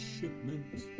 shipment